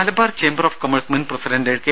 Malabar chamber of commerce മുൻ president K